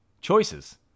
choices